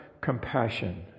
compassion